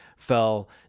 fell